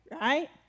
right